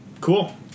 Cool